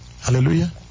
Hallelujah